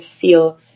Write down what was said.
feel